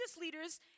leaders